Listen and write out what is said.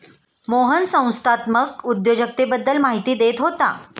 मोहन संस्थात्मक उद्योजकतेबद्दल माहिती देत होता